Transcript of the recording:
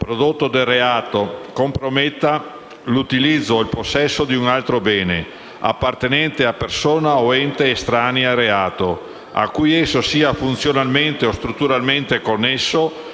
prodotto del reato, comprometta l'utilizzo o il possesso di un altro bene, appartenente a persona o ente estranei al reato, a cui esso sia funzionalmente o strutturalmente connesso,